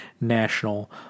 national